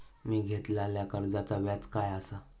मी घेतलाल्या कर्जाचा व्याज काय आसा?